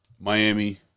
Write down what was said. Miami